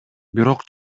бирок